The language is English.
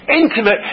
intimate